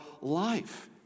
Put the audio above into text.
life